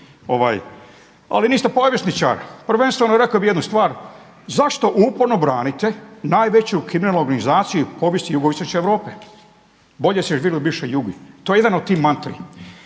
ali niste povjesničar. Prvenstveno rekao bih jednu stvar. Zašto uporno branite najveću …/Govornik se ne razumije./… u povijesti jugoistočne Europe? Bolje je bilo u bivšoj Jugi, to je jedna od tih mantri.